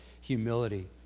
humility